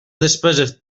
despesa